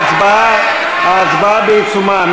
ההצבעה בעיצומה.